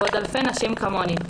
ועוד אלפי נשים כמוני,